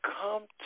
come